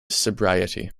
sobriety